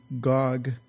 Gog